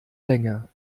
länge